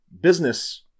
business